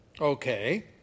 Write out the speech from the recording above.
Okay